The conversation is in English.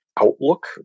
outlook